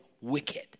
wicked